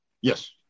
Yes